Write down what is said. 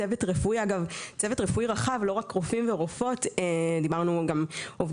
צוות רפואי שאגב מדובר על צוות רפואי רחב ולא רק רופאים ורופאות,